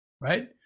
right